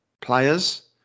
players